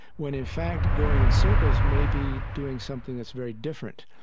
when in fact, going in circles may be doing something that's very different.